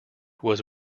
was